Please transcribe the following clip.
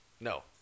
No